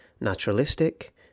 naturalistic